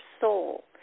soul